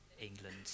England